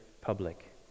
public